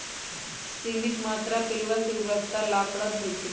सीमित मत्रा में पिलुआ के उपलब्धता लाभप्रद होइ छइ